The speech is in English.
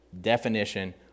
definition